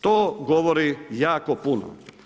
To govori jako puno.